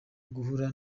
uguhura